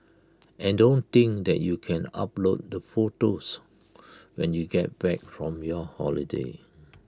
and don't think that you can upload the photos when you get back from your holiday